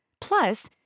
Plus